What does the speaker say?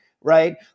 right